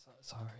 sorry